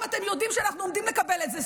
אם אתם יודעים שאנחנו עומדים לקבל את זה,